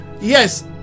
Yes